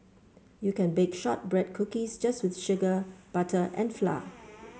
you can bake shortbread cookies just with sugar butter and flour